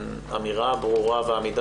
מה מחפשים